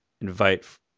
invite